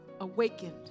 awakened